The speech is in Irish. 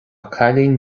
cailín